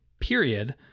period